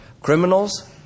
criminals